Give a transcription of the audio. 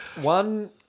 One